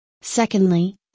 Secondly